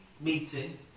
meeting